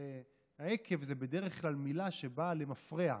הרי עקב זו בדרך כלל מילה שבאה למפרע,